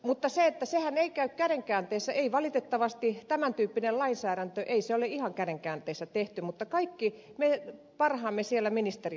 mutta tämän tyyppinen lainsäädäntö ei valitettavasti käy kädenkäänteessä ei se ole ihan kädenkäänteessä tehty mutta kaikki me parhaamme siellä ministeriössä teemme